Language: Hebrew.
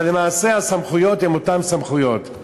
אבל למעשה הסמכויות הן אותן סמכויות.